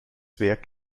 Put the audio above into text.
werk